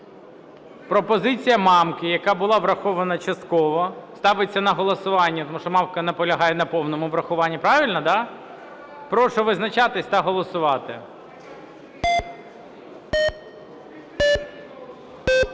Пропозиція Мамки, яка була врахована частково, ставиться на голосування, тому що Мамка наполягає на повному врахуванні. Правильно, да? Прошу визначатися та голосувати.